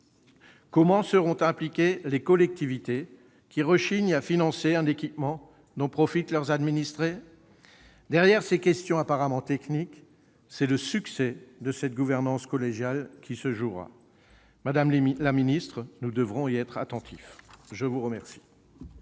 Comment seront impliquées les collectivités qui rechignent à financer un équipement dont profitent leurs administrés ? Derrière ces questions apparemment techniques, c'est le succès de cette gouvernance collégiale qui se jouera. Madame la ministre, nous devrons y être attentifs. La parole